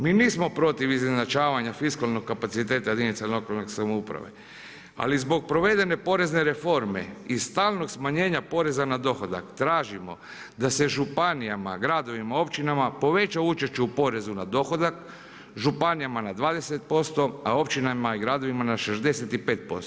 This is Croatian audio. Mi nismo protiv izjednačavanja fiskalnog kapaciteta jedinica lokalne samouprave, ali zbog provedene porezne reforme i stalnog smanjenja poreza na dohodak tražimo da se županijama, gradovima, općinama poveća učešće u porezu na dohodak, županijama na 20%, a općinama i gradovima na 65%